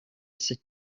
sit